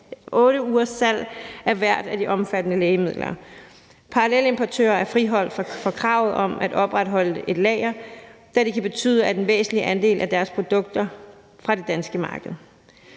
8 ugers salg af hvert af de omfattede lægemidler. Parallelimportører er friholdt fra kravet om at opretholde et lager, da det kan betyde, at en væsentlig andel af deres produkter trækkes fra det danske marked,